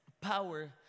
power